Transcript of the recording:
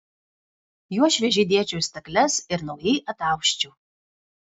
juos šviežiai dėčiau į stakles ir naujai atausčiau